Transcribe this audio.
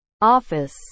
office